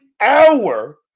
hour